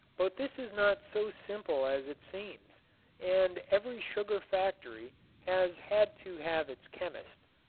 but this is not so simple as it seems and every sugar factory has had to have its chemist.